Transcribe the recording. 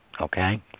okay